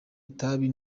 itabi